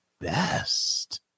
best